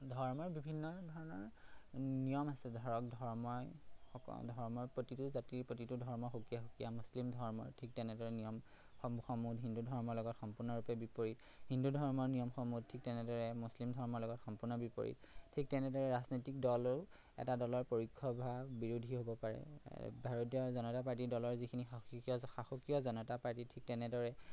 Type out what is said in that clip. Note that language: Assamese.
ধৰ্মৰ বিভিন্ন ধৰণৰ নিয়ম আছে ধৰক ধৰ্মই সকল ধৰ্মৰ প্ৰতিটো জাতিৰ প্ৰতিটো ধৰ্মৰ সুকীয়া সুকীয়া মুছলিম ধৰ্মৰ ঠিক তেনেদৰে নিয়মসমূহ সমূহ হিন্দু ধৰ্মৰ লগত সম্পূৰ্ণৰূপে বিপৰীত হিন্দু ধৰ্মৰ নিয়মসমূহ ঠিক তেনেদৰে মুছলিম ধৰ্মৰ লগত সম্পূৰ্ণ বিপৰীত ঠিক তেনেদৰে ৰাজনৈতিক দলো এটা দলৰ পৰোক্ষ বা বিৰোধী হ'ব পাৰে ভাৰতীয় জনতা পাৰ্টীৰ দলৰ যিখিনি সাসকীয় জনতা পাৰ্টী ঠিক তেনেদৰে